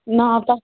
ناو تَتھ